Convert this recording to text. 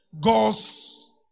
God's